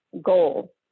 goal